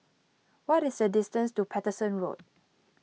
what is the distance to Paterson Road